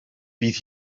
bydd